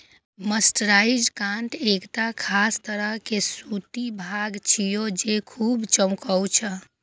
mercerised cotton एकटा खास तरह के सूती धागा छियै, जे खूब चमकै छै